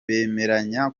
bemeranya